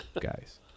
guys